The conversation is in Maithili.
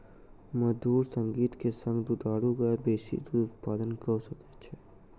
मधुर संगीत के संग दुधारू गाय बेसी दूध उत्पादन कअ सकै छै